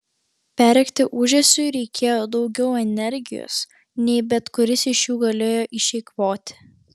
perrėkti ūžesiui reikėjo daugiau energijos nei bet kuris iš jų galėjo išeikvoti